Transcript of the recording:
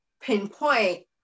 pinpoint